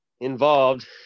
involved